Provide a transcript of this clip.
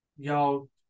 Y'all